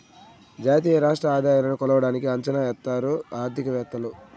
జాతీయ రాష్ట్ర ఆదాయాలను కొలవడానికి అంచనా ఎత్తారు ఆర్థికవేత్తలు